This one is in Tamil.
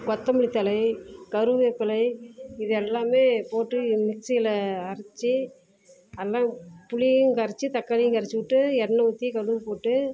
கொத்தமல்லி தழை கருவேப்பிலை இது எல்லாம் போட்டு மிக்ஸியில் அரைச்சி எல்லாம் புளியும் கரச்சி தக்காளியும் கரைச்சி விட்டு எண்ணெய் ஊற்றி கடுகு போட்டு